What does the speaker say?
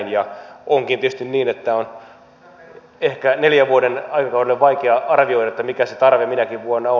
onkin tietysti niin että on ehkä neljän vuoden aikakaudella vaikea arvioida mikä se tarve minäkin vuonna on